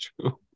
true